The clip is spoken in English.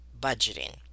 budgeting